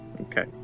Okay